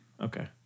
Okay